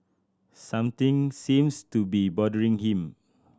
something seems to be bothering him